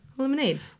Lemonade